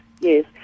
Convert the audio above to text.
yes